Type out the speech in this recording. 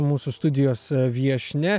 mūsų studijos viešnia